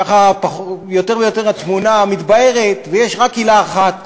ככה יותר ויותר התמונה מתבהרת, ויש רק עילה אחת